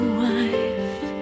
wife